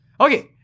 Okay